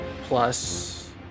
plus